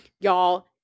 Y'all